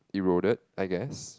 eroded I guess